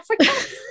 Africa